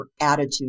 attitude